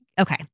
okay